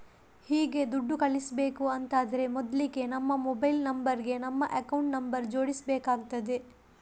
ಹೀಗೆ ದುಡ್ಡು ಕಳಿಸ್ಬೇಕು ಅಂತಾದ್ರೆ ಮೊದ್ಲಿಗೆ ನಮ್ಮ ಮೊಬೈಲ್ ನಂಬರ್ ಗೆ ನಮ್ಮ ಅಕೌಂಟ್ ನಂಬರ್ ಜೋಡಿಸ್ಬೇಕಾಗ್ತದೆ